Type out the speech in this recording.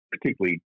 particularly